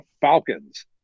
Falcons